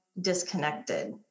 disconnected